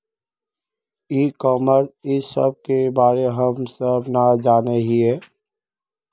ई commerce इस सब के बारे हम सब ना जाने हीये?